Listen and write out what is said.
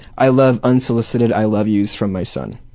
i love unsolicited i love you's from my son.